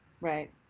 Right